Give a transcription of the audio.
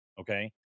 Okay